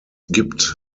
gibt